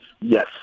Yes